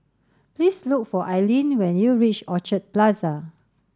please look for Aileen when you reach Orchard Plaza